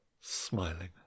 Smiling